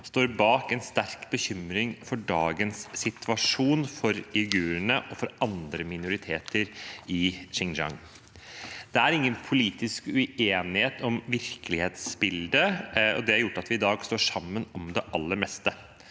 står bak en sterk bekymring for dagens situasjon for uigurene og for andre minoriteter i Xinjiang. Det er ingen politisk uenighet om virkelighetsbildet, og det har gjort at vi i dag står sammen om det aller meste.